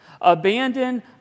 abandon